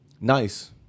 nice